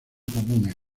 comunes